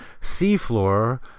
seafloor